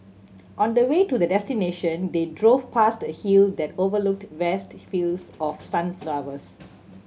on the way to their destination they drove past a hill that overlooked vast fields of sunflowers